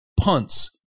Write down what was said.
punts